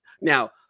Now